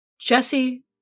Jesse